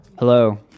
hello